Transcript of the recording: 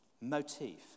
motif